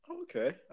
Okay